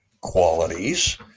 qualities